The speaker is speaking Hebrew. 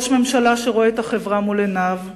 ראש ממשלה שרואה את החברה מול עיניו.